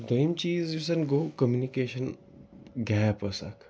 دوٚیِم چیٖز یُس زَن گوٚو کمنِکیشَن گیپ ٲس اَکھ